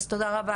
תודה רבה